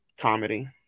comedy